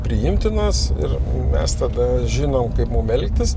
priimtinos ir mes tada žinom kaip mum elgtis